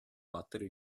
battere